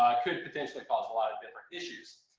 could potentially cause a lot of different issues,